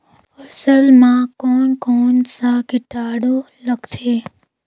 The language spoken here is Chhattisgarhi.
फसल मा कोन कोन सा कीटाणु लगथे?